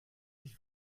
qu’il